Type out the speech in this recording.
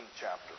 chapter